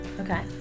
Okay